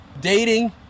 dating